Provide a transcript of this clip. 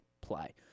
play